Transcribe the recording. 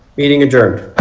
meeting adjourned?